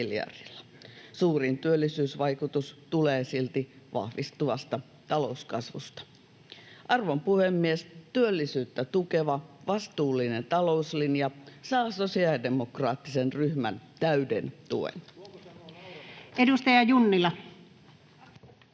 Suurin työllisyysvaikutus tulee silti vahvistuvasta talouskasvusta. Arvon puhemies! Työllisyyttä tukeva, vastuullinen talouslinja saa sosiaalidemokraattisen ryhmän täyden tuen. [Speech 6]